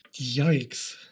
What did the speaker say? Yikes